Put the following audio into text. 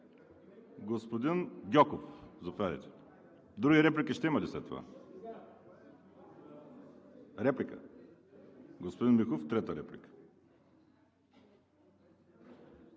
Господин Гьоков, заповядайте. Други реплики ще има ли след това? Господин Михов – трета реплика.